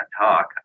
talk